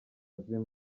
zimwe